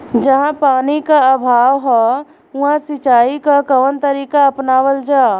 जहाँ पानी क अभाव ह वहां सिंचाई क कवन तरीका अपनावल जा?